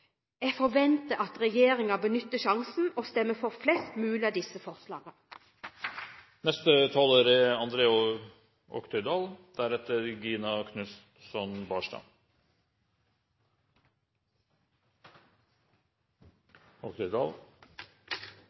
Jeg forventer at regjeringen benytter sjansen og stemmer for flest mulig av disse forslagene. Jeg vil starte med å oppklare en åpenbar misforståelse. Høyre er